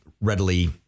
readily